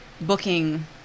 booking